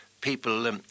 people